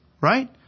Right